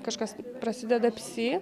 kažkas prasideda psi